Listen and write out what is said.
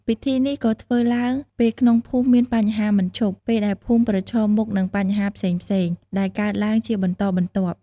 ពិធីនេះក៏ធ្វើឡើង ពេលក្នុងភូមិមានបញ្ហាមិនឈប់ ពេលដែលភូមិប្រឈមមុខនឹងបញ្ហាផ្សេងៗដែលកើតឡើងជាបន្តបន្ទាប់។